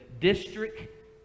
district